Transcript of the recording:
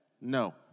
No